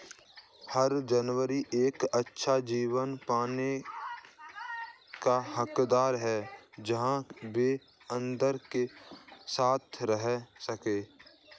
हर जानवर एक अच्छा जीवन पाने का हकदार है जहां वे आनंद के साथ रह सके